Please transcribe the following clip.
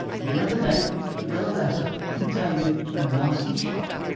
but the other day she got a letter containing a nasty shock.